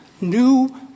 new